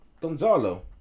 Gonzalo